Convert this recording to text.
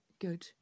good